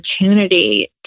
opportunity